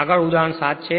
આગળ ઉદાહરણ 7 છે